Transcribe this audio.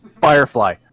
firefly